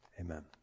Amen